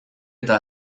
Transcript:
eta